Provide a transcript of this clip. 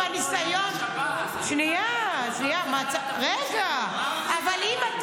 --- הוא שוחרר --- שנייה, רגע, אם אתה